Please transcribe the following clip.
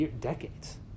decades